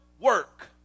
work